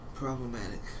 Problematic